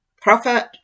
profit